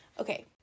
Okay